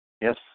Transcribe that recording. Yes